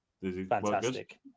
Fantastic